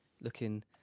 looking